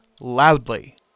loudly